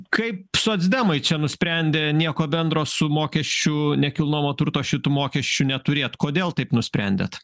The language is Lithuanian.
kaip socdemai čia nusprendė nieko bendro su mokesčiu nekilnojamo turto šitu mokesčiu neturėt kodėl taip nusprendėt